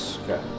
okay